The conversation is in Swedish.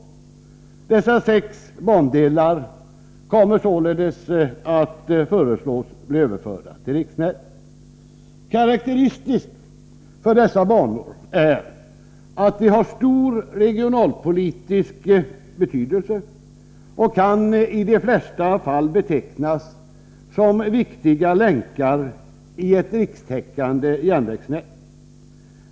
Dessa sex bandelar kommer således att föreslås bli överförda till riksnätet. Karakteristiskt för dessa banor är att de har stor regionalpolitisk betydelse och i de flesta fall kan betecknas som viktiga länkar i ett rikstäckande järnvägsnät.